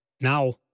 now